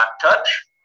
touch